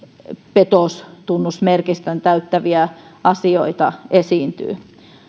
petostunnusmerkistön täyttäviä asioita esiintyy